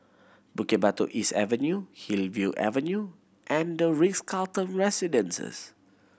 Bukit Batok East Avenue Hillview Avenue and The Ritz Carlton Residences